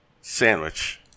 sandwich